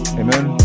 amen